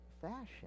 fashion